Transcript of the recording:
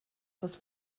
dass